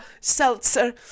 seltzer